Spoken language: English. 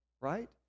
right